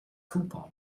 coupon